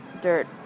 dirt